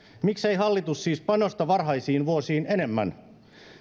miksei hallitus siis panosta varhaisiin vuosiin enemmän